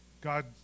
God